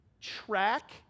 track